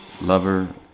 lover